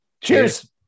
Cheers